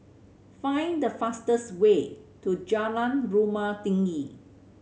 find the fastest way to Jalan Rumah Tinggi